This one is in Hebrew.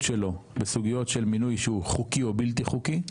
שלו בשאלות של מינוי שהוא חוקי או בלתי חוקי.